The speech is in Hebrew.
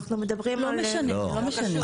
אנחנו מדברים על --- לא משנה, לא משנה.